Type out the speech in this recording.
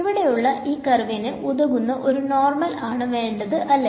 ഇവിടെയുള്ള ഈ കർവിന് ഉതകുന്ന ഒരു നോർമൽ ആണ് വേണ്ടത് അല്ലെ